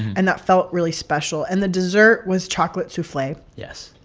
and that felt really special. and the dessert was chocolate souffle. yes.